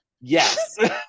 Yes